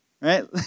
Right